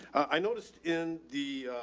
i noticed in the,